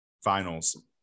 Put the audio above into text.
finals